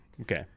Okay